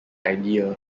idea